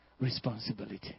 Responsibility